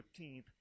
15th